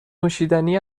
نوشیدنی